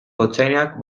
gotzainak